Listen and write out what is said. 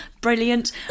brilliant